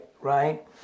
right